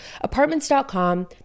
apartments.com